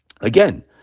Again